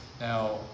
now